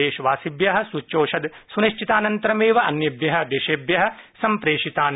देशवासिभ्य सूच्यौषध सुनिश्चितानन्तरमेव अन्येभ्य देशेभ्य सम्प्रेषितानि